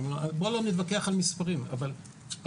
אמרתי: בוא לא נתווכח על מספרים אבל העובדות